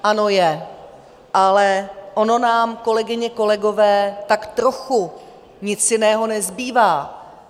Ano, je, ale ono nám, kolegyně, kolegové, tak trochu nic jiného nezbývá.